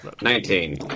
Nineteen